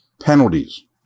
Penalties